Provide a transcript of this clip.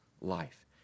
life